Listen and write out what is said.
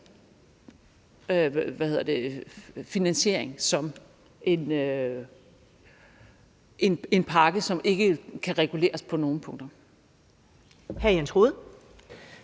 finansiering som en pakke, som ikke kan reguleres på nogen punkter.